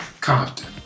Compton